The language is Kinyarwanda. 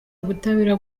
ubutabera